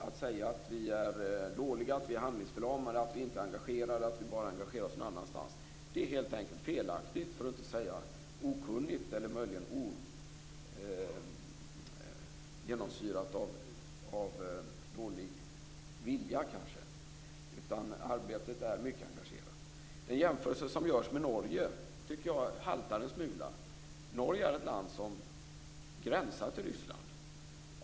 Att säga att vi är dåliga, handlingsförlamade och inte är engagerade utan bara engagerar oss någon annanstans är helt enkelt felaktigt, för att inte säga okunnigt eller möjligen genomsyrat av dålig vilja. Arbetet är mycket engagerat. Den jämförelse som görs med Norge haltar en smula. Norge är ett land som gränsar till Ryssland.